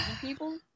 people